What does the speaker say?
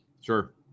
Sure